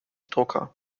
drucker